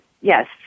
yes